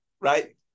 right